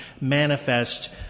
manifest